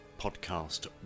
podcast